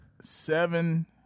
seven